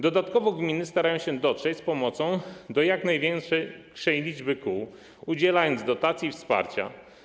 Dodatkowo gminy starają się dotrzeć z pomocą do jak największej liczby kół, udzielając dotacji i wsparcia.